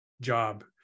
job